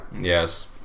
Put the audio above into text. Yes